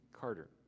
Carter